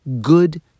good